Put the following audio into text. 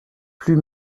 plus